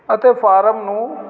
ਅਤੇ ਫਾਰਮ ਨੂੰ